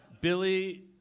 Billy